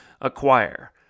acquire